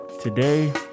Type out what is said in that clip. Today